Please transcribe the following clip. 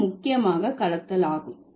இது முக்கியமாக கலத்தல் ஆகும்